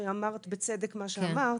שאמרת בצדק מה שאמרת.